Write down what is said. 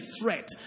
threat